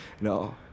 No